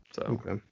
Okay